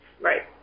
Right